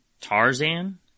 Tarzan